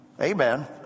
Amen